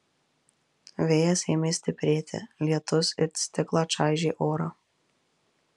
vėjas ėmė stiprėti lietus it stiklą čaižė orą